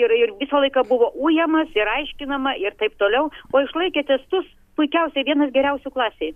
ir ir visą laiką buvo ujamas ir aiškinama ir taip toliau o išlaikė testus puikiausiai vienas geriausių klasėj